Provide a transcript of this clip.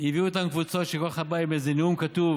הביאו איתם קבוצות, שכל אחד בא עם איזה נאום כתוב.